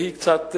היא קצת מוטעית,